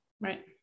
Right